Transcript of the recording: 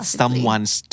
someone's